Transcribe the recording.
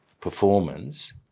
performance